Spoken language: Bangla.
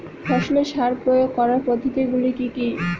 ফসলে সার প্রয়োগ করার পদ্ধতি গুলি কি কী?